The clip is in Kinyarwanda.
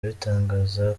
bitangaza